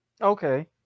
Okay